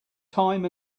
time